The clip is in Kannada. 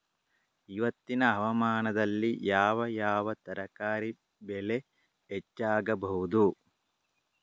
ಇವತ್ತಿನ ಹವಾಮಾನದಲ್ಲಿ ಯಾವ ಯಾವ ತರಕಾರಿ ಬೆಳೆ ಹೆಚ್ಚಾಗಬಹುದು?